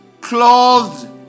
clothed